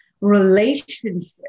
relationship